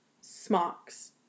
smocks